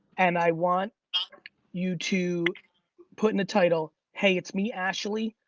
and i want ah you to put in the title, hey, it's me, ashley,